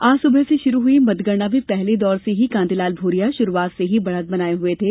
आज सुबह से शुरू हुई मतगणना में पहले दौर से ही कांतिलाल भूरिया शुरूआत से ही बढ़त बनाए हए थे